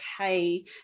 okay